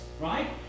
right